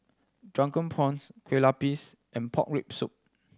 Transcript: Drunken Prawns Kueh Lapis and pork rib soup